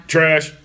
Trash